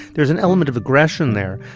there's an element of aggression there,